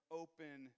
open